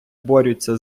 борються